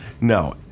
No